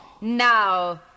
Now